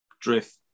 drift